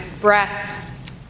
breath